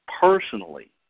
personally